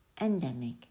endemic